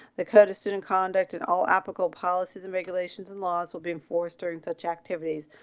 the code of student conduct and all applicable policies and regulations and laws will be enforced during such activities.